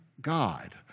God